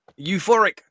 Euphoric